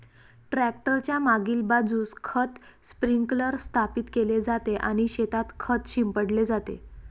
tractor च्या मागील बाजूस खत स्प्रिंकलर स्थापित केले जाते आणि शेतात खत शिंपडले जाते